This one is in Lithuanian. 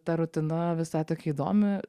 ta rutina visai tokia įdomi